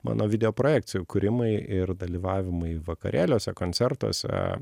mano videoprojekcijų kūrimai ir dalyvavimai vakarėliuose koncertuose